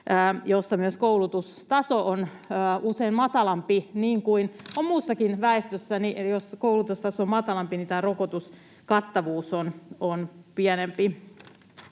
jossa myös koulutustaso on usein matalampi — niin kuin on muussakin väestössä niin, että jos koulutustaso matalampi, niin tämä rokotuskattavuus on pienempi.